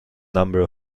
number